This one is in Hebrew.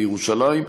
בירושלים.